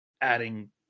adding